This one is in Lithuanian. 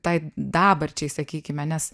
tai dabarčiai sakykime nes